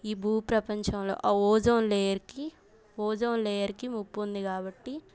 ఈ భూ ప్రపంచంలో ఆ ఓజోన్ లేయర్కి ఓజోన్ లేయర్కి ముప్పు ఉంది కాబట్టి